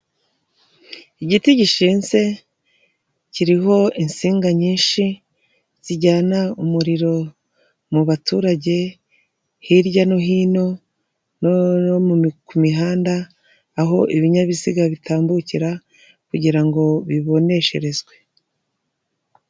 Igiti gishinze kiriho insinga nyinshi zijyana umuriro mu baturage hirya no hino no ku mihanda aho ibinyabiziga bitambukira kugira ngo bibonesherezwe.